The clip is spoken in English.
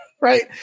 Right